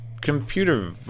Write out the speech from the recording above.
computer